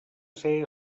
ser